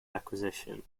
acquisition